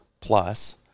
plus